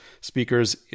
speakers